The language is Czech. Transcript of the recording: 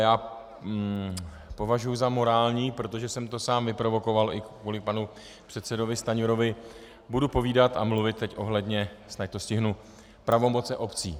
Já považuji za morální, protože jsem to sám vyprovokoval, i kvůli panu předsedovi Stanjurovi, budu povídat a mluvit teď ohledně, snad to stihnu, pravomocí obcí.